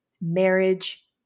Marriage